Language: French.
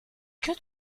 que